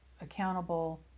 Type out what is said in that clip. accountable